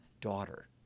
daughter